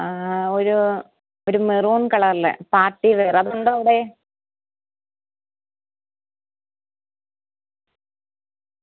ആ ഒരു ഒരു മെറൂൺ കളറിലെ പാർട്ടി വെയർ അതുണ്ടോ അവിടെ